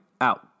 out